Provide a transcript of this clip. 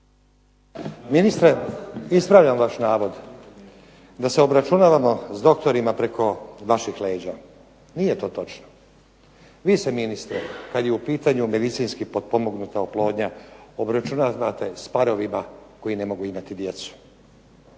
Ministre, ispravljam vaš navod da se obračunavamo s doktorima preko vaših leđa. Nije to točno. Vi se ministre kad je u pitanju medicinski potpomognuta oplodnja obračunavate s parovima koji ne mogu imati djecu.